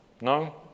No